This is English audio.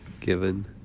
Given